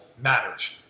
matters